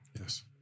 Yes